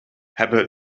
hebben